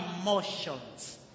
emotions